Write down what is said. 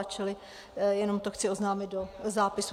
Čili jenom to chci oznámit do zápisu.